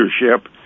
leadership